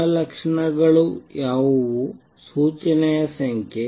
ಗುಣಲಕ್ಷಣಗಳು ಯಾವುವು ಸೂಚನೆಯ ಸಂಖ್ಯೆ